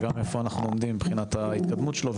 גם איפה אנחנו עומדים מבחינת ההתקדמות שלו,